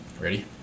ready